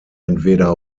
entweder